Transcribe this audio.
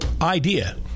idea